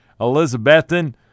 Elizabethan